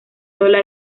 lola